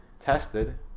tested